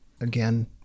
again